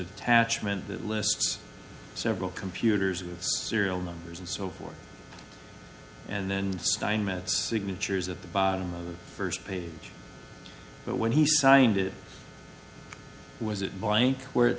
attachment that lists several computers with serial numbers and so forth and then steinmetz signatures at the bottom of the first page but when he signed it was it blank where it